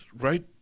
right